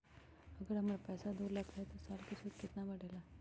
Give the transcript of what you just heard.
अगर हमर पैसा दो लाख जमा है त साल के सूद केतना बढेला?